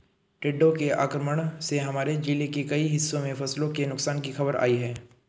टिड्डों के आक्रमण से हमारे जिले के कई हिस्सों में फसलों के नुकसान की खबर आई है